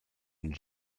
and